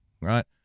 right